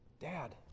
Dad